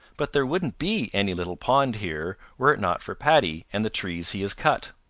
but there wouldn't be any little pond here were it not for paddy and the trees he has cut.